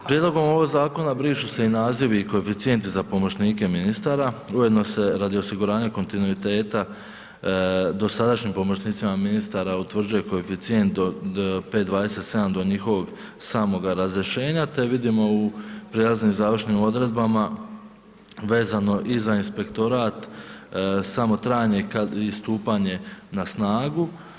Prijedlogom ovog zakona, brišu se i nazivi i koeficijenti za pomoćnike ministara, ujedano se radi osiguranja kontinuiteta dosadašnjih pomoćnicima ministara, utvrđuje koeficijent od 5,27 do njihovog samoga razrješenja, te vidimo u prijelaznim završnim odredbama, vezano i za inspektorat, samo trajanje, kao i stupanje na snagu.